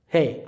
Hey